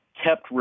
kept